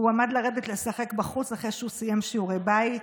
הוא עמד לרדת לשחק בחוץ אחרי שסיים שיעורי בית,